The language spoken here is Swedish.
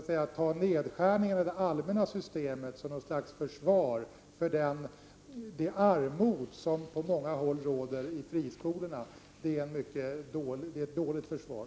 Att använda nedskärningarna i det allmänna systemet som något slags försvar för det armod som råder på många håll inom friskolorna är ett dåligt försvar.